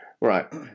right